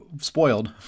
spoiled